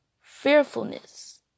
fearfulness